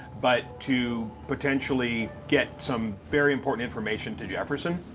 but to potentially get some very important information to jefferson?